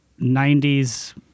90s